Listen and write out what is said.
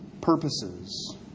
purposes